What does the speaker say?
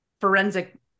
forensic